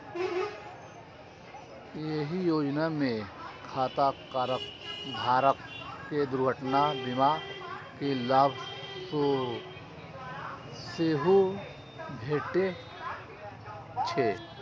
एहि योजना मे खाता धारक कें दुर्घटना बीमा के लाभ सेहो भेटै छै